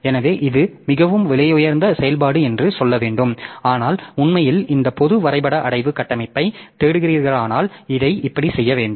எனவே இது மிகவும் விலையுயர்ந்த செயல்பாடு என்று சொல்ல வேண்டும் ஆனால் உண்மையில் இந்த பொது வரைபட அடைவு கட்டமைப்பை தேடுகிறீர்களானால் இதை இப்படி செய்ய வேண்டும்